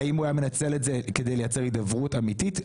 האם הוא היה מנצל את זה כדי לייצר הידברות אמיתית?